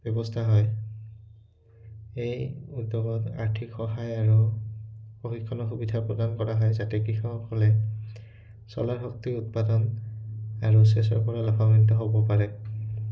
ব্যৱস্থা হয় এই উদ্যোগত আৰ্থিক সহায় আৰু প্ৰশিক্ষণৰ সুবিধা প্ৰদান কৰা হয় যাতে কৃষকসকলে চ'লাৰ শক্তি উৎপাদন আৰু চেচৰ পৰা লাভান্বিত হ'ব পাৰে